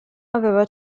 aveva